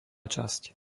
časť